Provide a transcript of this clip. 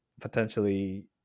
potentially